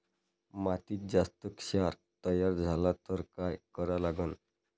मातीत जास्त क्षार तयार झाला तर काय करा लागन?